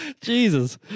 Jesus